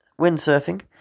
windsurfing